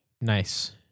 Nice